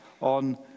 on